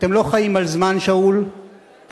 אתם לא חיים על זמן שאול פוליטי,